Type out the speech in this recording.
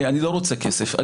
אני לא רוצה כסף.